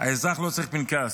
האזרח לא צריך פנקס,